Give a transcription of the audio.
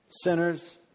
Sinners